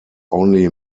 only